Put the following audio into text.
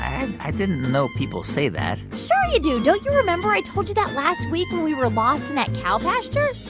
and i didn't know people say that sure, you do. don't you remember i told you that last week when we were lost in that cow pasture?